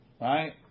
right